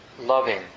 loving